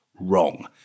wrong